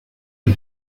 qui